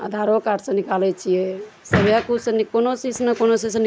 आधारो कार्ड सऽ निकालै छियै कोनो चीज से न कोनो चीज से